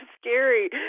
scary